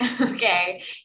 okay